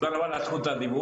תודה רבה על זכות הדיבור,